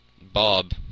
Bob